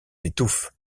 étouffe